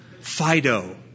Fido